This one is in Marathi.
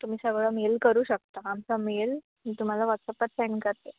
तुम्ही सगळं मेल करू शकता आमचा मेल मी तुम्हाला व्हॉट्सअपवर सेंड करते